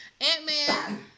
Ant-Man